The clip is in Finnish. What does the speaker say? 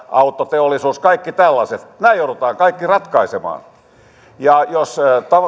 autoteollisuudessa kaikissa tällaisissa nämä joudutaan kaikki ratkaisemaan jos